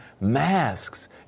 masks